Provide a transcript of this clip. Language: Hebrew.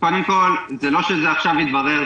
קודם כול, זה לא שזה עכשיו התברר.